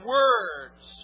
words